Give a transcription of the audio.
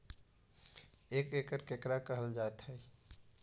एक एकड़ केकरा कहल जा हइ?